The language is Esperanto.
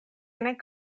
nek